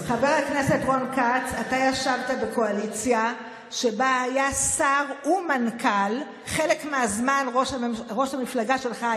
את יודעת שאותם לוחמים שאת מדברת איתם,